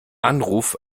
anruf